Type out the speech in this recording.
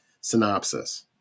synopsis